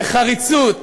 בנחרצות,